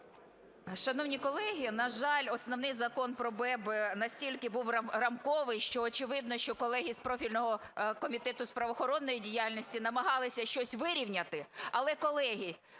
Шановні колеги, на жаль, основний Закон про БЕБ настільки був рамковий, що очевидно, що колеги з профільного Комітету з правоохоронної діяльності намагалися щось вирівняти. Але, колеги,